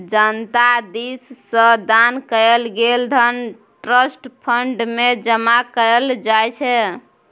जनता दिस सँ दान कएल गेल धन ट्रस्ट फंड मे जमा कएल जाइ छै